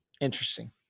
interesting